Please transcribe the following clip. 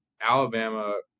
Alabama